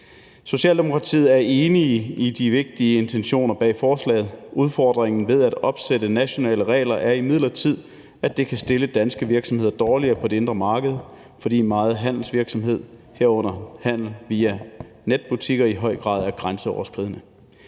Socialdemokratiet er enig i de vigtige intentioner bag forslaget. Udfordringen ved at opstille nationale regler er imidlertid, at det kan stille danske virksomheder dårligere på det indre marked, fordi meget handelsvirksomhed, herunder handel via netbutikker, i høj grad er grænseoverskridende.